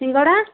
ସିଙ୍ଗଡ଼ା